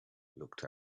looked